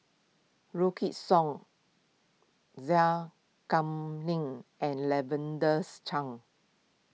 Wykidd Song Zai Kuning and Lavender's Chang